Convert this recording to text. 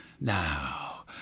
now